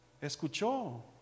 Escuchó